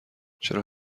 چرا